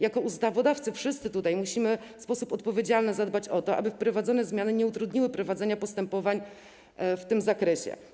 Jako ustawodawcy wszyscy tutaj musimy w odpowiedzialny sposób zadbać o to, aby wprowadzone zmiany nie utrudniły prowadzenia postępowań w tym zakresie.